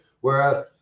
Whereas